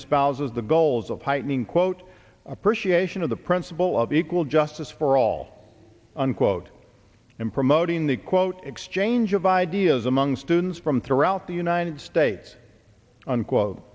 espouses the goals of heightening quote appreciation of the principle of equal justice for all unquote in promoting the quote exchange of ideas among students from throughout the united states unquote